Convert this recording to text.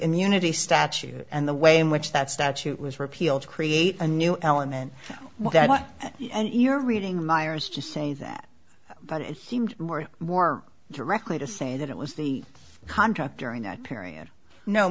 new unity statute and the way in which that statute was repealed create a new element that what you're reading meyer's to say that but it seemed more more directly to say that it was the contract during that period no